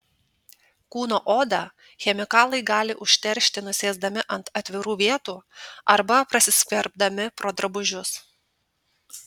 kūno odą chemikalai gali užteršti nusėsdami ant atvirų vietų arba prasiskverbdami pro drabužius